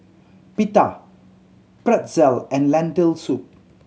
Pita Pretzel and Lentil Soup